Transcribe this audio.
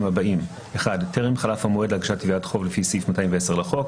הבאים: טרם חלף המועד להגשת תביעת חוב לפי סעיף 210 לחוק